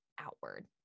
outward